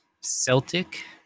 Celtic